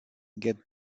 gut